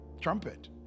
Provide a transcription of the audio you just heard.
Trumpet